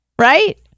right